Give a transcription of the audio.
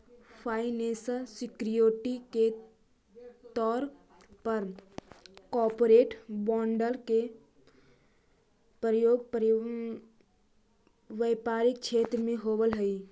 financial security के तौर पर कॉरपोरेट बॉन्ड के प्रयोग व्यापारिक क्षेत्र में होवऽ हई